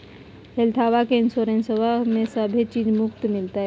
हेल्थबा के इंसोरेंसबा में सभे चीज मुफ्त मिलते?